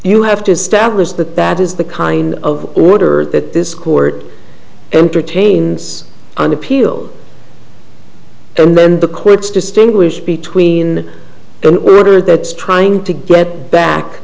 you have to establish that that is the kind of order that this court entertains and appealed to men the courts distinguish between an order that's trying to get back